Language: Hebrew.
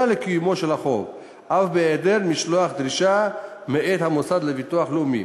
לקיומו של החוב אף בהיעדר משלוח דרישה מאת המוסד לביטוח לאומי.